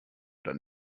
oder